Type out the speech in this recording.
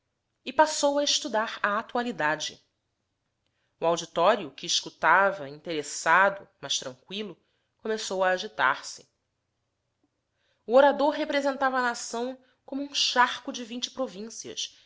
e passou a estudar a atualidade o auditório que escutava interessado mas tranqüilo começou a agitar se o orador representava a nação como um charco de vinte províncias